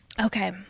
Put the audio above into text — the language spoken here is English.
Okay